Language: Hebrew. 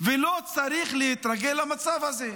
ולא צריך להתרגל למצב הזה.